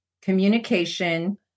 Communication